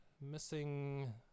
Missing